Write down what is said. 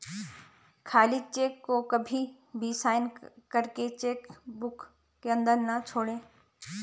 खाली चेक को कभी भी साइन करके चेक बुक के अंदर न छोड़े